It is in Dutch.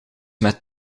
met